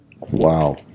Wow